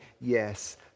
yes